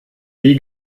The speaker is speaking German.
wie